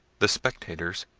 the spectators,